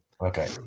Okay